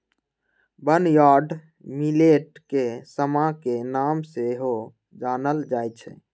barnyard millet के समा के नाम से सेहो जानल जाइ छै